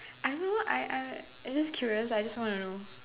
I don't know I I I just curious I just want to know